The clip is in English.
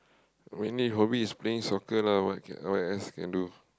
mainly hobby is playing soccer lah what what else can do